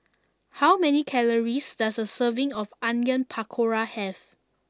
how many calories does a serving of Onion Pakora have